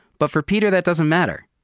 but for peter that doesn't matter,